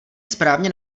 správně